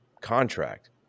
contract